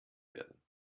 werden